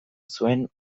zuen